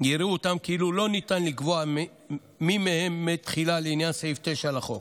יראו אותם כאילו לא ניתן לקבוע מי מהם מת תחילה לעניין סעיף 9 לחוק.